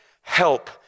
help